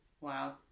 wow